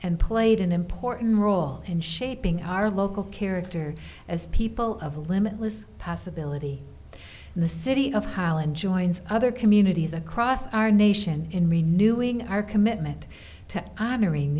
and played an important role in shaping our local character as people of limitless possibility in the city of holland joins other communities across our nation in renewing our committed it to honoring